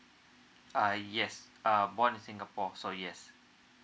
uh yes uh born in singapore so yes